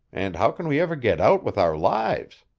and how can we ever get out with our lives?